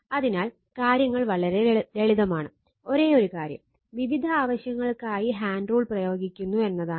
അതിനാൽ കാര്യങ്ങൾ വളരെ ലളിതമാണ് ഒരേയൊരു കാര്യം വിവിധ ആവശ്യങ്ങൾക്കായി ഹാൻഡ് റൂൾ പ്രയോഗിക്കുന്നു എന്നതാണ്